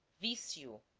vicio